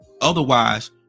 Otherwise